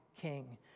king